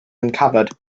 uncovered